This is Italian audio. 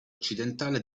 occidentale